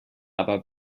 aber